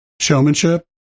showmanship